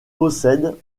possède